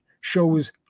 shows